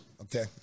Okay